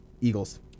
Eagles